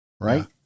right